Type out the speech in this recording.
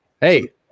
hey